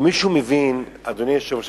אדוני היושב-ראש,